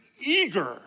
eager